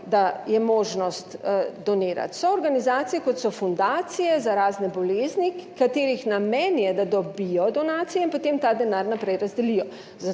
da je možnost donirati. So organizacije, kot so fundacije za razne bolezni, katerih namen je, da dobijo donacije in potem ta denar naprej razdelijo,